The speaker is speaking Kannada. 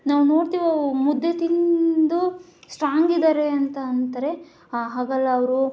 ನಾವು ನೋಡ್ತೀವ ಮುದ್ದೆ ತಿಂದು ಸ್ಟ್ರಾಂಗ್ ಇದ್ದಾರೆ ಅಂತ ಅಂತಾರೆ ಹಾಗಲ್ಲ ಅವರು